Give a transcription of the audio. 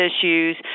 issues